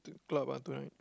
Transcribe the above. club ah tonight